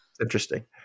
Interesting